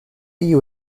you